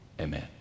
amen